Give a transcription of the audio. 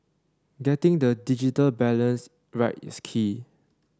getting the digital balance right is key